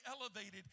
elevated